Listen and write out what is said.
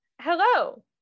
Hello